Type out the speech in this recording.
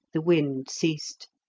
the wind ceased